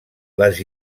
les